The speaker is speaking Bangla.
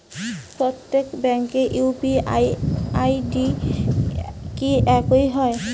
প্রত্যেক ব্যাংকের ইউ.পি.আই আই.ডি কি একই হয়?